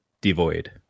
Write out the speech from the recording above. devoid